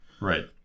Right